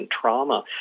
trauma